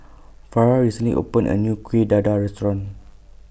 Farrah recently opened A New Kueh Dadar Restaurant